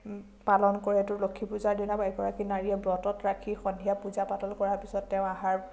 পালন কৰে ত লখী পূজাৰ দিনা এগৰাকী নাৰীয়ে ব্ৰতত ৰাখি সন্ধিয়া পূজা পাতল কৰাৰ পিছত তেওঁ আহাৰ